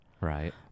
Right